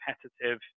competitive